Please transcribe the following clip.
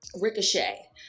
ricochet